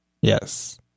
Yes